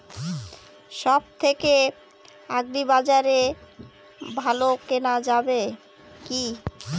সব থেকে আগ্রিবাজারে কি ভালো কেনা যাবে কি?